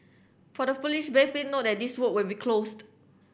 for the foolish brave been note that these road will be closed